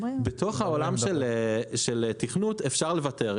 בתוך העולם של תכנות אפשר לוותר.